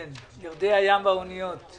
אני